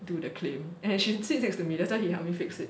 do the claim and she sits next to me that's why he help me fix it